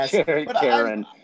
karen